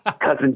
Cousin